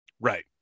Right